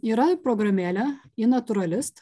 yra programėlė inaturalist